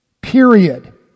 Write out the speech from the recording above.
period